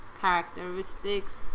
characteristics